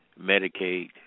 Medicaid